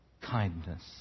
Kindness